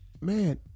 man